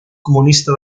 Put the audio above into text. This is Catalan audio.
comunista